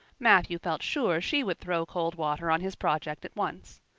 matthew felt sure she would throw cold water on his project at once.